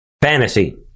fantasy